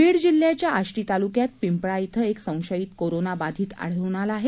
बीड जिल्ह्याच्या आष्टी तालुक्यात पिंपळा इथं एक संशयीत कोरोना बाधित आढळून आला आहे